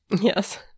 Yes